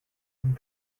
and